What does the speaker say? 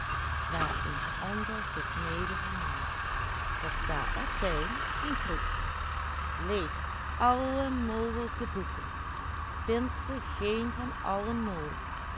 latijn en grieksch leest alle mogelijke boeken vindt ze geen van allen mooi